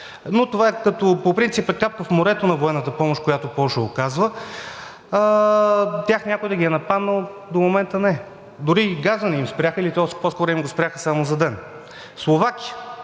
но това по принцип е капка в морето на военната помощ, която Полша оказва. Тях някой да ги е нападнал до момента? Не. Дори и газа не им спряха или по-скоро им го спряха само за ден. Словакия